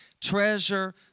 treasure